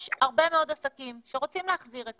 יש הרבה מאוד עסקים שרוצים להחזיר את